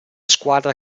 squadra